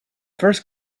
first